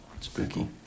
Spooky